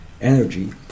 energy